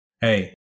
hey